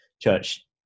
church